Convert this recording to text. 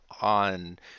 on